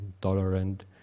tolerant